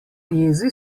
jezi